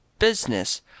business